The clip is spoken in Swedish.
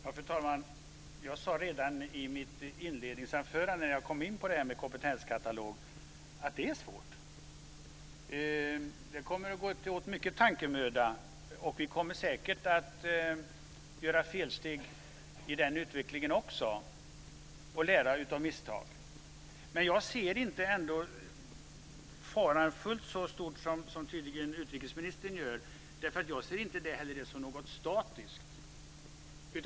Fru talman! Jag sade redan i mitt inledningsanförande när jag kom in på det här med kompetenskatalog att det är svårt. Det kommer att gå åt mycket tankemöda, och vi kommer säkert att göra felsteg i den utvecklingen också och få lära av misstag. Men jag ser ändå inte faran som fullt så stor som tydligen utrikesministern gör. Jag ser nämligen inte heller detta som något statiskt.